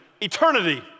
eternity